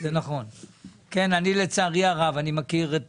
כן, תעודד